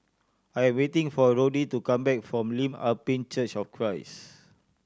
I am waiting for Roddy to come back from Lim Ah Pin Church of Christ